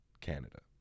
Canada